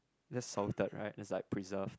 that's salted right it's like preserved